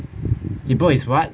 he bought his [what]